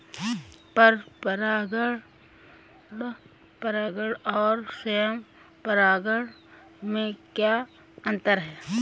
पर परागण और स्वयं परागण में क्या अंतर है?